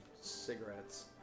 cigarettes